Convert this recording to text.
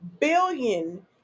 billion